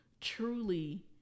truly